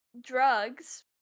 drugs